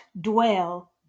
dwell